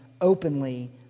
openly